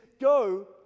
Go